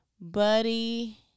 Buddy